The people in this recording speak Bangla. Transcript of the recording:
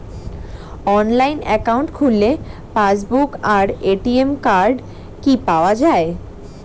অনলাইন অ্যাকাউন্ট খুললে পাসবুক আর এ.টি.এম কার্ড কি পাওয়া যায়?